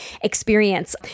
experience